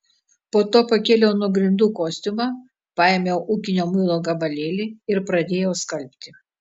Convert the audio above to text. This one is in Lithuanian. po to pakėliau nuo grindų kostiumą paėmiau ūkinio muilo gabalėlį ir pradėjau skalbti